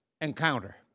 encounter